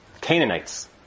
Canaanites